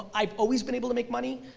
i've always been able to make money.